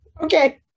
Okay